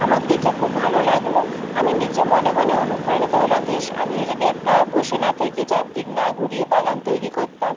আমার দেখে খুব ভালো লাগলো আমি নিজে মনে মনে অনুপ্রাণিত হলাম ইশ আমিও যদি একটা বসে না থেকে চারদিক না ঘুরিয়ে বাগান তৈরি করতাম